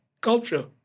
culture